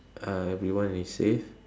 uh everyone is safe